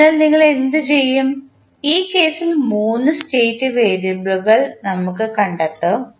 അതിനാൽ നിങ്ങൾ എന്തുചെയ്യും ഈ കേസിൽ 3 സ്റ്റേറ്റ് വേരിയബിളുകൾ നമ്മൾ കണ്ടെത്തും